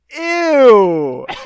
Ew